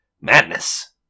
Madness